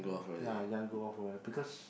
then I just go off from there because